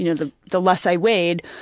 you know the the less i weighed,